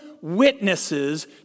witnesses